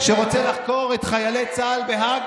שרוצה לחקור את חיילי צה"ל בהאג?